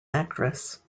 actress